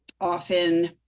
often